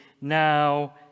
now